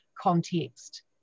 context